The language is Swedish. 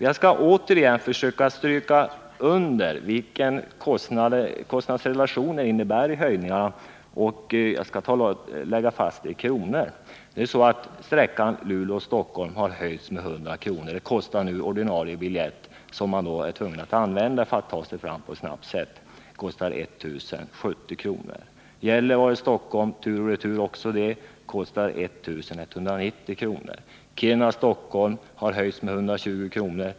Jag skall återigen stryka under vad höjningarna av flygtaxorna innebär och ge några exempel i kronor. Nr 30 Flygpriset för sträckan Luleå-Stockholm, tur och retur, har höjts med 100 Fredagen den kr. Nu kostar ordinarie biljett, som man alltså är tvungen att köpa för att 16 november 1979 komma fram snabbt, 1 070 kr. Gällivare-Stockholm, tur och retur, kostar 1190 kr. Taxan för Kiruna-Stockholm har höjts med 120 kr.